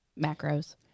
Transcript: macros